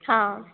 हाँ